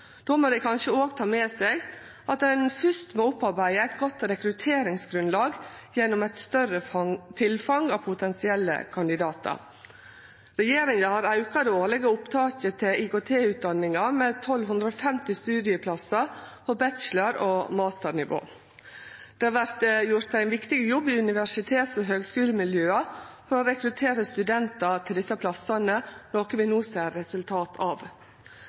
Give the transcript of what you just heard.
Då må dei kanskje òg ta med seg at ein fyrst må opparbeide eit godt rekrutteringsgrunnlag gjennom eit større tilfang av potensielle kandidatar. Regjeringa har auka det årlege opptaket til IKT-utdanningar med 1 250 studieplassar på bachelor- og masternivå. Det vert gjort ein viktig jobb i universitets- og høgskulemiljøa for å rekruttere studentar til desse plassane, noko som vi ser resultat av.